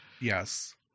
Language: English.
Yes